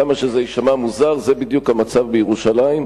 כמה שזה יישמע מוזר, זה בדיוק המצב בירושלים.